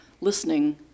listening